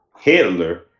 Hitler